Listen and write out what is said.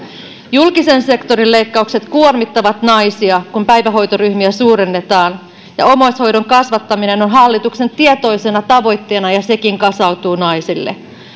julkisen sektorin leikkaukset kuormittavat naisia kun päivähoitoryhmiä suurennetaan ja omaishoidon kasvattaminen on hallituksen tietoisena tavoitteena ja sekin kasautuu naisille